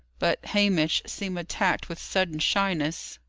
but hamish seemed attacked with sudden shyness.